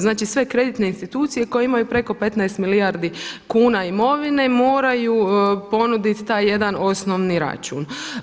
Znači sve kreditne institucije koje imaju preko 15 milijardi kuna imovine moraju ponuditi taj jedan osnovni račun.